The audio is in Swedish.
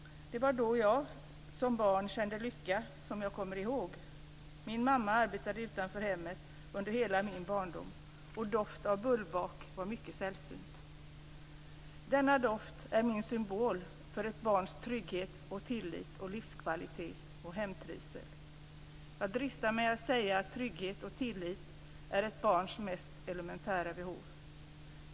Det var då jag som barn kände lycka, som jag själv kommer ihåg. Min mamma arbetade utanför hemmet under hela min barndom, och doft av bullbak var mycket sällsynt. Denna doft är min symbol för ett barns trygghet, tillit, livskvalitet och hemtrivsel. Jag dristar mig till att säga att trygghet och tillit är ett barns mest elementära behov.